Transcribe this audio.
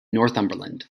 northumberland